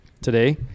today